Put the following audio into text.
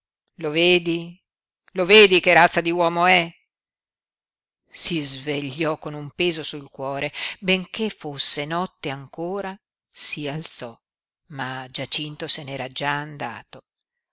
lo vedi lo vedi che razza di uomo è si svegliò con un peso sul cuore benché fosse notte ancora si alzò ma giacinto se n'era già andato